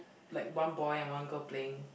like one boy and one girl playing